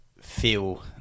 feel